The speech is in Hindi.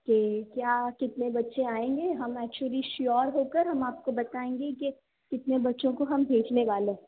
ठीक क्या कितने बच्चे आएंगे हम एक्चुअली श्योर होकर हम आपको बताएंगे कि कितने बच्चों को हम भेजने वाले